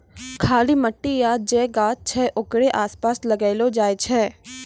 खाली मट्टी या जे गाछ छै ओकरे आसपास लगैलो जाय छै